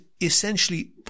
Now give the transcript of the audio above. essentially